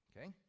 Okay